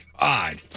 God